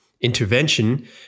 intervention